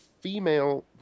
female